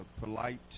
polite